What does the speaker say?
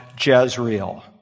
Jezreel